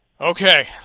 Okay